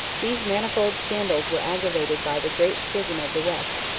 these manifold scandals were aggravated by the great schism of the west,